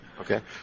Okay